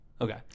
Okay